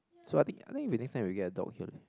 so I think I think we next time we get a dog